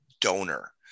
donor